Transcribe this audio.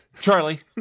Charlie